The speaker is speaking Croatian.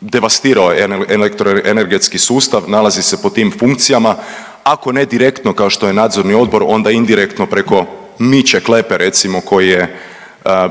devastirao elektroenergetski sustav nalazi se po tim funkcijama ako ne direktno kao što je nadzorni odbor onda indirektno preko Miće Klepe recimo koji je